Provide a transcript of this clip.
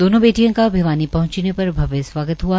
दोनों बेटियों का भिवानी पहुंचने पर भव्य स्वागत हुआ